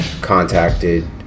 contacted